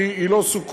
אם כי היא לא סוכמה.